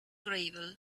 gravel